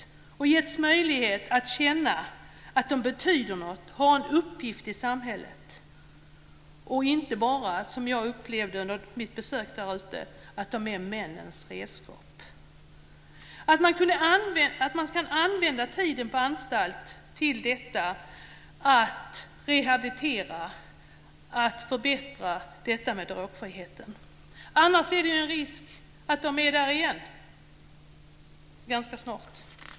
Tänk om de givits möjlighet att känna att de betyder något, att de har en uppgift i samhället och inte bara, som jag upplevde det under mitt besök därute, är männens redskap. Tänk om man kunde använda tiden på anstalt till att rehabilitera och förbättra detta med drogfriheten. Annars finns det ju en risk att de är där igen ganska snart.